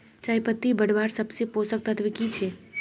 चयपत्ति बढ़वार सबसे पोषक तत्व की छे?